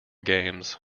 games